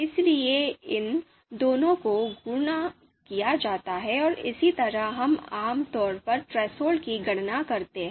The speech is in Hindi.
इसलिए इन दोनों को गुणा किया जाता है और इसी तरह हम आम तौर पर थ्रेसहोल्ड की गणना करते हैं